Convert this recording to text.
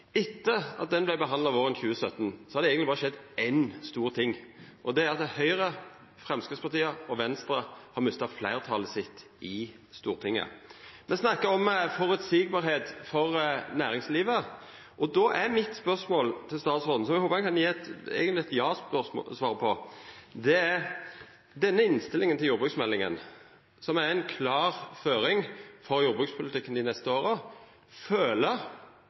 har det eigentleg skjedd berre éin stor ting, og det er at Høgre, Framstegspartiet og Venstre har mista fleirtalet sitt i Stortinget. Me snakkar om at det skal vere føreseielege vilkår for næringslivet. Då er spørsmålet mitt til statsråden, som eg håpar han kan svara ja på: Føler landbruksministeren seg forplikta og bunden av innstillinga til denne jordbruksmeldinga, som er ei klar føring for jordbrukspolitikken dei neste åra?